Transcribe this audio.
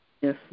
Yes